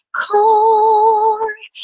core